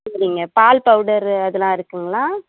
சரிங்க பால் பவுடர் அதெல்லாம் இருக்குங்களா